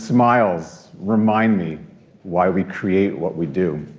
smiles remind me why we create what we do.